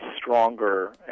stronger